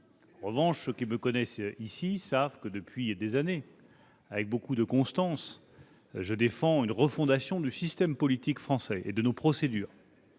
En revanche, ceux qui me connaissent ici savent que je défends depuis des années, avec beaucoup de constance, une refonte du système politique français et de nos procédures.